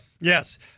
Yes